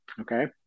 okay